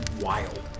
wild